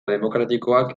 demokratikoak